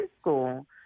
school